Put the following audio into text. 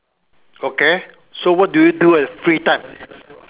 okay so what do you do at free time